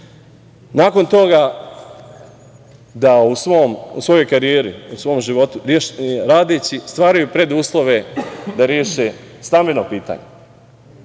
nakon toga da u svojoj karijeri, u svom životu radeći stvaraju preduslove da reše stambeno pitanje